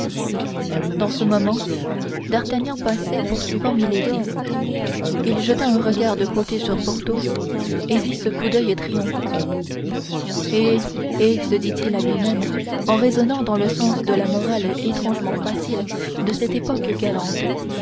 dans ce moment d'artagnan passait poursuivant milady il jeta un regard de côté sur porthos et vit ce coup d'oeil triomphant eh eh se dit-il à lui même en raisonnant dans le sens de la morale étrangement facile de cette époque galante